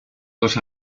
dos